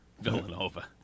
Villanova